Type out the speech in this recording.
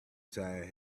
tyre